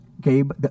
Gabe